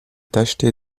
tacheté